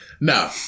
No